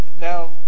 Now